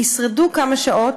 ישרדו כמה שעות,